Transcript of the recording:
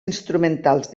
instrumentals